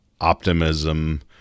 optimism